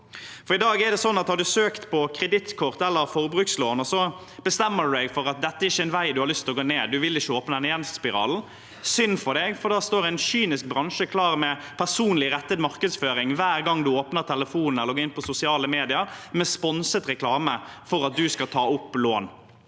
I dag er det sånn at har man søkt på kredittkort eller forbrukslån og så bestemmer seg for at det ikke er en vei man har lyst til å gå ned, man vil ikke åpne den gjeldsspiralen, så er det synd for deg, for da står en kynisk bransje klar med personlig rettet markedsføring hver gang man åpner telefonen eller går inn på sosiale medier, med sponset reklame for at man skal ta opp lån.